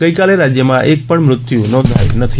ગઇકાલે રાજ્યમાં એકપણ મૃત્યુ નોધાયું નથી